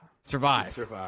Survive